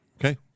Okay